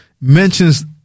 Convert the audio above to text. mentions